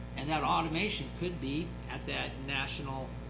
and that automation could be at that national